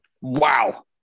Wow